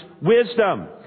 wisdom